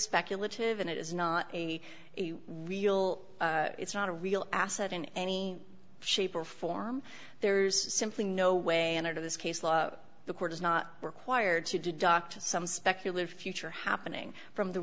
speculative and it is not a real it's not a real asset in any shape or form there's simply no way and out of this case law the court is not required to deduct some specular future happening from the